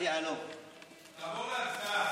תעבור להצבעה,